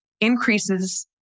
increases